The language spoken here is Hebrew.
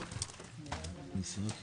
הישיבה ננעלה בשעה 12:30.